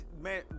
man